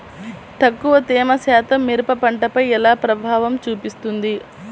తక్కువ తేమ శాతం మిరప పంటపై ఎలా ప్రభావం చూపిస్తుంది?